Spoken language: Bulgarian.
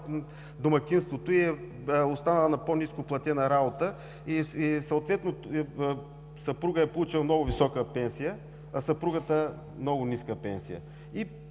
домакинството и е останала на по-ниско платена работа. Съпругът е получил много висока пенсия, а съпругата – много ниска пенсия.